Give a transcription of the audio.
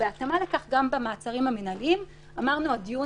בהתאמה לכך גם במעצרים המינהליים אמרנו: הדיון